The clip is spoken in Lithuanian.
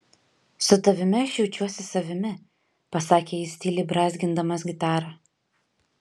su tavimi aš jaučiuosi savimi pasakė jis tyliai brązgindamas gitarą